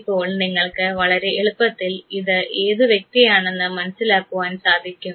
ഇപ്പോൾ നിങ്ങൾക്ക് വളരെ എളുപ്പത്തിൽ ഇത് ഏതു വ്യക്തിയാണെന്ന് മനസ്സിലാക്കുവാൻ സാധിക്കും